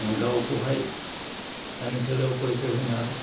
गावखौहाय ओनसोलाव परिसय होनो हागोन